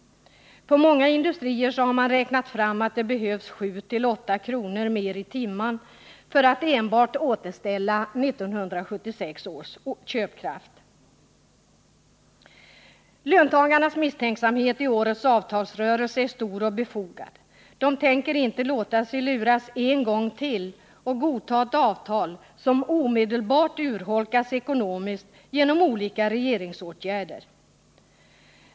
I många industrier har man räknat fram att det behövs 7—8 kr. mer i timmen för att enbart återställa 1976 års köpkraft. Löntagarnas misstänksamhet i årets avtalsrörelse är stor och befogad. De tänker inte låta sig luras en gång till och godta ett avtal som omedelbart urholkas ekonomiskt till följd av olika regeringsåtgärder.